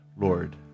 Lord